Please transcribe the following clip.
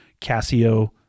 Casio